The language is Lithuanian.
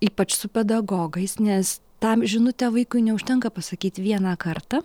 ypač su pedagogais nes tą žinutę vaikui neužtenka pasakyt vieną kartą